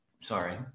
sorry